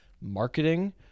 marketing